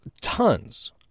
tons